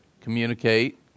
communicate